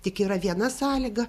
tik yra viena sąlyga